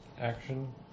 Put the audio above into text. action